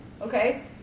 okay